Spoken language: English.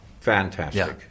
fantastic